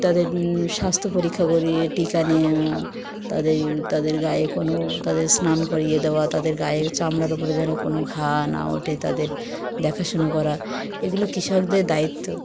তাদের স্বাস্থ্য পরীক্ষা করিয়ে টিকা নেওয়া তাদের তাদের গায়ে কোনো তাদের স্নান করিয়ে দেওয়া তাদের গায়ে চামড়ার উপরে যেন কোনো ঘা না ওঠে তাদের দেখাশুনো করা এগুলো কৃষকদের দায়িত্ব